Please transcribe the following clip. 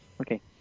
okay